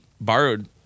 borrowed